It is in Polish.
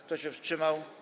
Kto się wstrzymał?